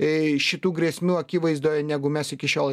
į šitų grėsmių akivaizdoje negu mes iki šiol